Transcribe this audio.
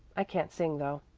i can't sing though.